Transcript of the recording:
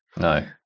No